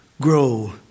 grow